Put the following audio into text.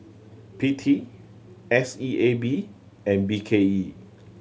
P T S E A B and B K E